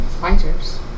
Fighters